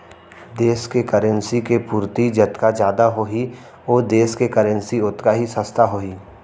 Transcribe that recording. देस के करेंसी के पूरति जतका जादा होही ओ देस के करेंसी ओतका ही सस्ता होही